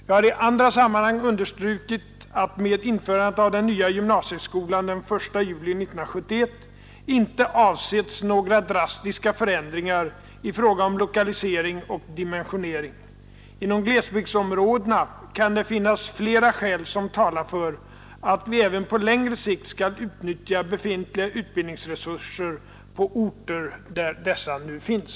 Jag har i andra sammanhang understrukit att med införandet av den nya gymnasieskolan den 1 juli 1971 inte avsetts några drastiska förändringar i fråga om lokalisering och dimensionering. Inom glesbygdsområdena kan det finnas flera skäl som talar för att vi även på längre sikt skall utnyttja befintliga utbildningsresurser på orter där dessa nu finns.